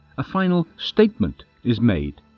a final statement is made?